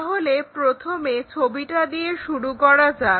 তাহলে প্রথমে ছবিটা দিয়ে শুরু করা যাক